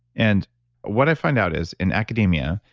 and what i find out is in academia,